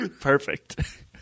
Perfect